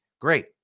Great